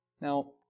Now